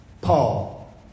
Paul